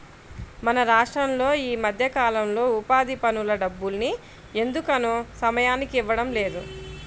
మన రాష్టంలో ఈ మధ్యకాలంలో ఉపాధి పనుల డబ్బుల్ని ఎందుకనో సమయానికి ఇవ్వడం లేదు